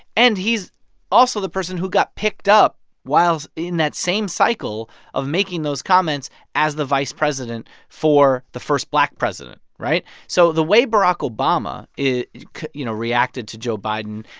and he's also the person who got picked up while in that same cycle of making those comments as the vice president for the first black president, right? so the way barack obama, you know, reacted to joe biden,